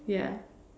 ya